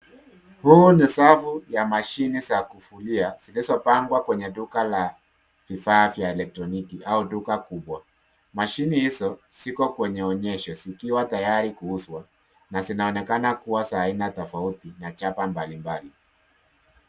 Huu ni safu ya mashine za kuvulia zilizopangwa kwenye duka la vifaa vya eletroniki au duka kubwa, mashine hizo ziko kwenye onyesho zikiwa tayari kuuzwa na zinaonekana kuwa za aina tafauti na chapa mbali mbali.